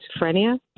schizophrenia